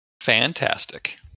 Fantastic